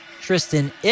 Tristan